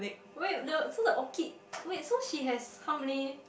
wait look so the orchid wait so she has how many